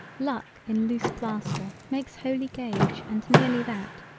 luck in loose plaster makes holy gauge and nearly that,